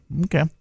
okay